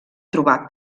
trobar